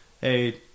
hey